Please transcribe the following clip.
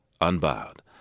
Unbowed